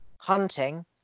hunting